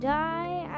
die